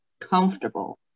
comfortable